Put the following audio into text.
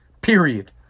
Period